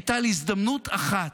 הייתה לי הזדמנות אחת